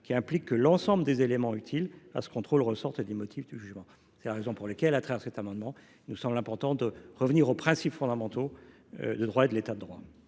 qui impliquent que l’ensemble des éléments utiles à ce contrôle ressortent des motifs du jugement ». C’est la raison pour laquelle il nous semble important de revenir aux principes fondamentaux du droit et de l’État de droit.